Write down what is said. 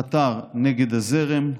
חתר נגד הזרם,